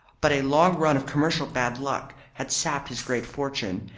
but a long run of commercial bad luck had sapped his great fortune,